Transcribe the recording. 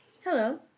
Hello